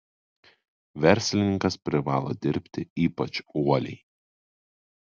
verslininkas privalo dirbti ypač uoliai